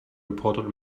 reported